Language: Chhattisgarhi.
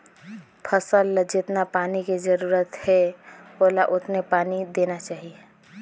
फसल ल जेतना पानी के जरूरत हे ओला ओतने पानी देना चाही